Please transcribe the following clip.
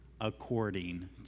according